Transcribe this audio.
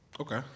Okay